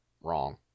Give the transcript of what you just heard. wrong